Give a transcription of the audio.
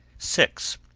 six.